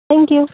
thank you